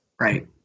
right